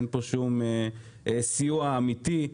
אין פה שום סיוע אמיתי.